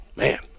Man